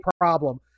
problem